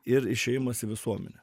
ir išėjimas į visuomenę